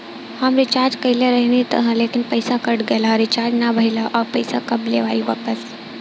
हम रीचार्ज कईले रहनी ह लेकिन पईसा कट गएल ह रीचार्ज ना भइल ह और पईसा कब ले आईवापस?